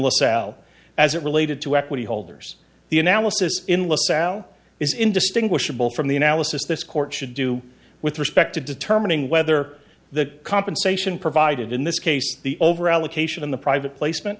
lasalle as it related to equity holders the analysis in lasalle is indistinguishable from the analysis this court should do with respect to determining whether the compensation provided in this case the overallocation in the private placement